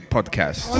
Podcast